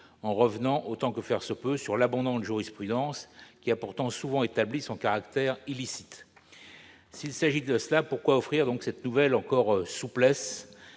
en revenant, autant que faire se peut, sur l'abondante jurisprudence qui a souvent établi son caractère illicite ? S'il s'agit de cela, pourquoi offrir cette nouvelle « souplesse »